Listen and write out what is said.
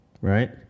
right